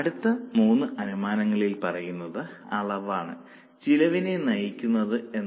അടുത്ത മൂന്ന് അനുമാനങ്ങളിൽ പറയുന്നത് അളവാണ് ചെലവിനെ നയിക്കുന്നത് എന്നാണ്